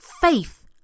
faith